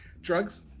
Drugs